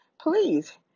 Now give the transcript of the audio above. please